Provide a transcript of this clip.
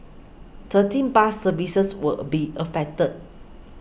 thirteen bus services will be affected